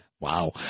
wow